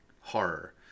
horror